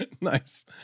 Nice